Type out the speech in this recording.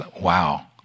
wow